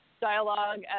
dialogue